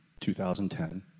2010